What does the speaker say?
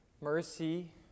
mercy